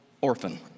orphan